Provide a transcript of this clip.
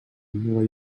nova